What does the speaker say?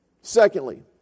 Secondly